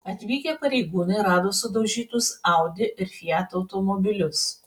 atvykę pareigūnai rado sudaužytus audi ir fiat automobilius